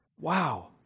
Wow